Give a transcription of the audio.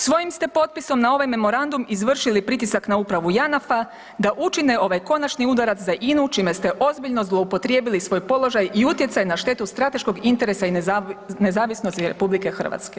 Svojim ste potpisom na ovaj memorandum izvršili pritisak na Upravu Janafa da učine ovaj konačni udarac za INA-u čime ste ozbiljno zloupotrijebili svoj položaj u utjecaj na štetu strateškog interesa i nezavisnosti RH.